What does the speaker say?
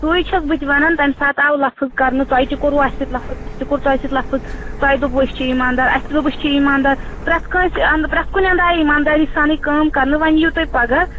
سُے چھَس بہٕ تہِ وَنان تَمہِ ساتہٕ آو لفٕظ کَرنہٕ تۄہہِ تہِ کوٚروٕ اَسہِ سۭتۍ لَفٕظ اَسہِ تہِ کوٚر تۄہہِ سۭتۍ لفظ تۄہہِ دوٚپو أسۍ چھِ ایٖمَانٛدار اَسہِ تہِ دوٚپ اَسۍ چھِ ایٖمَانٛدار پرٛٮ۪تھ کٲنٛسہِ اَندٕ پرٛٮ۪تھ کُنہِ اَنٛدٕ آیہِ ایٖمَانٛداری سانٕے کٲم کَرنہٕ وۅنۍ یِیِو تُہۍ پَگاہ